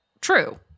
true